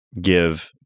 give